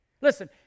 Listen